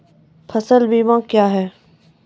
फसल बीमा क्या हैं?